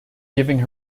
giving